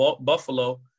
Buffalo